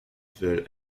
veulent